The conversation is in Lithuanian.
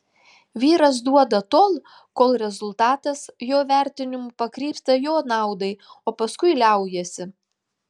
vyras duoda tol kol rezultatas jo vertinimu pakrypsta jo naudai o paskui liaujasi